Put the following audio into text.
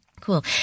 Cool